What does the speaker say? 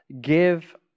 give